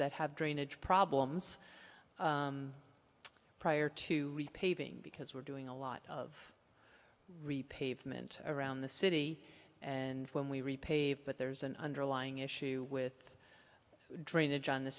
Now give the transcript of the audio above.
that have drainage problems prior to paving because we're doing a lot of re pavement around the city and when we repaved but there's an underlying issue with drainage on the